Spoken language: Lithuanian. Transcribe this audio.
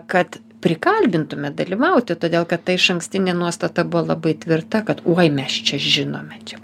kad prikalbintume dalyvauti todėl kad ta išankstinė nuostata buvo labai tvirta kad oi mes čia žinome čia